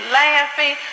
laughing